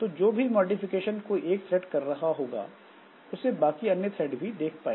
तो जो भी मॉडिफिकेशन कोई एक थ्रेड कर रहा होगा उसे बाकी अन्य थ्रेड भी देख पाएंगे